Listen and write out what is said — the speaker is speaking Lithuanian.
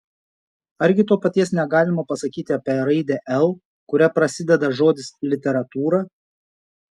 argi to paties negalima pasakyti apie raidę l kuria prasideda žodis literatūra